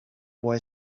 boy